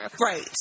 Right